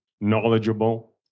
knowledgeable